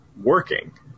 working